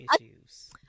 issues